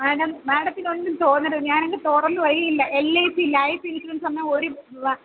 madam മേഡത്തിനൊന്നും തോന്നരുത് ഞാനങ്ങ് തുറന്നുപറയാ ഈ L I C life insurance എന്നാ ഒരു വ